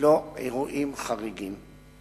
ללא אירועים חריגים.